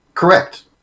correct